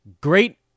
Great